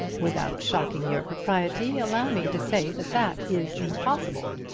without shocking your propriety, allow me to say that that is impossible.